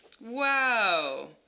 wow